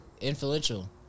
Influential